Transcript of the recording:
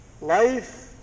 life